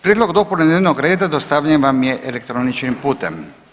Prijedlog dopune dnevnog reda dostavljen vam je elektroničkim putem.